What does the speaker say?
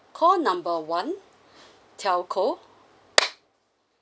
call number one telco